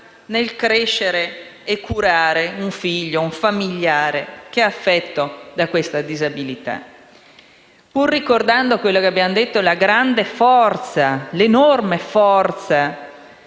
nel crescere e curare un figlio, un familiare che è affetto da questa disabilità, pur ricordando quello che abbiamo detto circa la grande forza, l'enorme forza